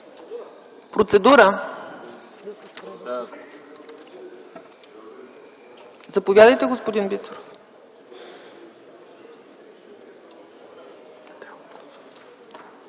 Процедура? Заповядайте, господин Бисеров.